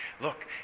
Look